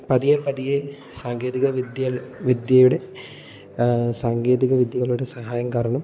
പതിയെ പതിയെ സാങ്കേതിക വിദ്യ വിദ്യയുടെ സാങ്കേതിക വിദ്യകളുടെ സഹായം കാരണം